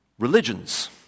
Religions